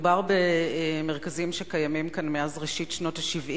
מדובר במרכזים שקיימים כאן מאז ראשית שנות ה-70.